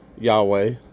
Yahweh